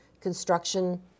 construction